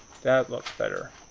that looks better.